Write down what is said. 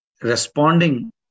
Responding